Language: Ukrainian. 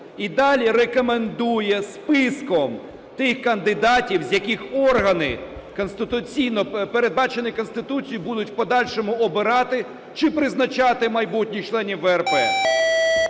І далі рекомендує списком тих кандидатів, з яких органи, передбачені Конституцією, будуть в подальшому обирати чи призначати майбутніх членів ВРП.